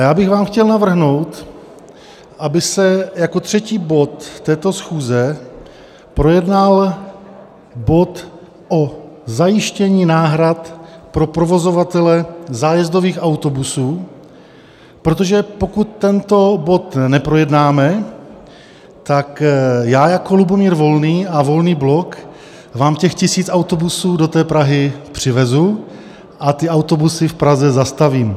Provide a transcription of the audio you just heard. Já bych vám chtěl navrhnout, aby se jako třetí bod této schůze projednal bod o zajištění náhrad pro provozovatele zájezdových autobusů, protože pokud tento bod neprojednáme, tak já jako Lubomír Volný a Volný blok vám těch tisíc autobusů do Prahy přivezu a ty autobusy v Praze zastavím.